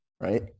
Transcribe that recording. Right